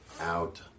out